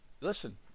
listen